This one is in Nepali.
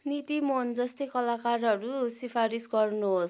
निती मोहन जस्तै कलाकारहरू सिफारिस गर्नुहोस्